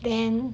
then